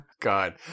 god